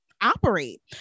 operate